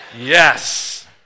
Yes